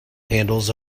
handles